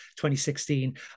2016